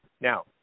now